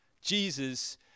Jesus